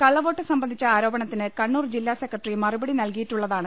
കള്ളവോട്ട് സംബന്ധിച്ച ആരോപണത്തിന് കണ്ണൂർ ജില്ലാസെക്രട്ടറി മറുപടി നൽകിയിട്ടുള ളതാണ്